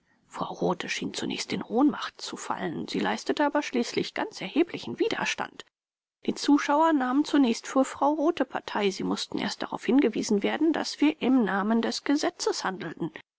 frau rothe schien zunächst in ohnmacht zu fallen sie leistete aber schließlich ganz erheblichen widerstand die zuschauer nahmen zunächst für frau rothe partei sie mußten erst darauf hingewiesen werden daß wir im namen des gesetzes handelten